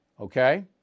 Okay